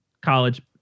college